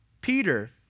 Peter